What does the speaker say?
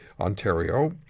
Ontario